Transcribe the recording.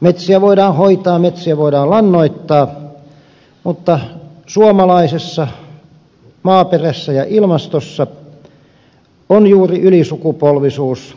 metsiä voidaan hoitaa metsiä voidaan lannoittaa mutta suomalaisessa maaperässä ja ilmastossa on juuri ylisukupolvisuus